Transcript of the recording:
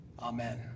Amen